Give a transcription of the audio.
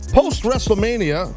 post-WrestleMania